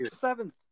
seventh